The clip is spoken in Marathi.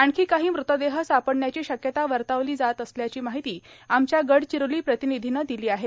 आणखी काही मृतदेह सापडण्याची शक्यता वर्तवली जात असल्याची माहिती आमच्या गडचिरोलीच्या प्रतिनिधीनं दिली आहे